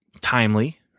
timely